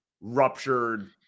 ruptured